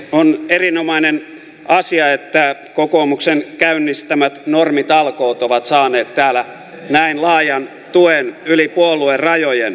on erinomainen asia että kokoomuksen käynnistämät normitalkoot ovat saaneet täällä näin laajan tuen yli puoluerajojen